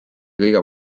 kõige